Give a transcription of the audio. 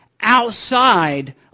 outside